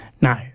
No